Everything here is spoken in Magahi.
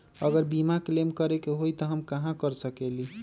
अगर बीमा क्लेम करे के होई त हम कहा कर सकेली?